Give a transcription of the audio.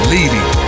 Leading